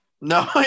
No